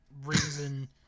reason